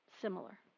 similar